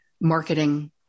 marketing